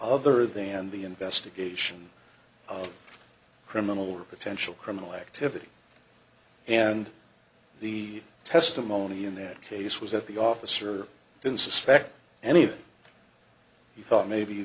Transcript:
other than the investigation of criminal or attentional criminal activity and the testimony in that case was that the officer didn't suspect anything he thought maybe